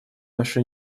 наши